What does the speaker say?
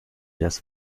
das